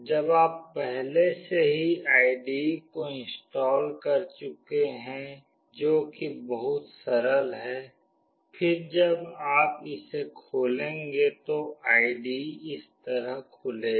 जब आप पहले से ही आईडीई को इनस्टॉल कर चुके हैं जो कि बहुत सरल है फिर जब आप इसे खोलेंगे तो आईडीई इस तरह खुलेगा